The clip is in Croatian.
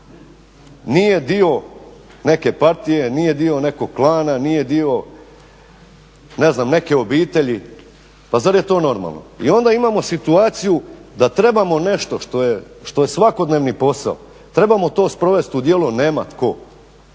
nije dio neke partije, nije dio nekog klana, nije dio neke obitelji. Pa zar je to normalno? I onda imamo situaciju da trebamo nešto što je svakodnevni posao, trebamo to sprovest u djelo, nema tko,